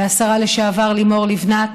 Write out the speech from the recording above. והשרה לשעבר לימור לבנת.